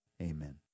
amen